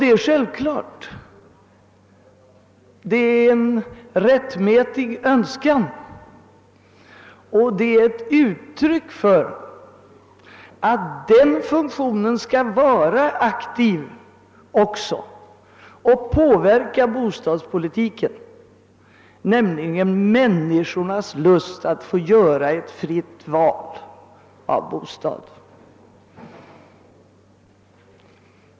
Det är självfallet en rättmätig önskan, och det är ett uttryck för att också den funktionen skall vara aktiv och påverka bostadspolitiken, nämligen människornas lust att få göra ett fritt val av bostad.